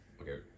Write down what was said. Okay